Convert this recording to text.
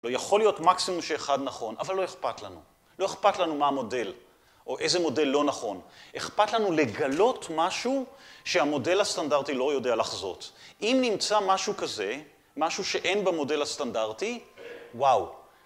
לא יכול להיות מקסימום שאחד נכון, אבל לא אכפת לנו. לא אכפת לנו מה המודל, או איזה מודל לא נכון. אכפת לנו לגלות משהו שהמודל הסטנדרטי לא יודע לחזות. אם נמצא משהו כזה, משהו שאין במודל הסטנדרטי, וואו.